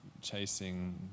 chasing